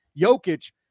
Jokic